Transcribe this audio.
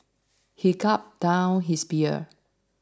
he gulped down his beer